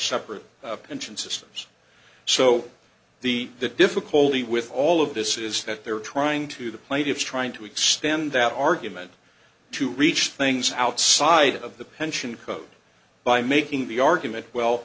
separate pension systems so the the difficulty with all of this is that they're trying to the plaintiffs trying to extend that argument to reach things outside of the pension code by making the argument well